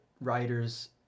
writers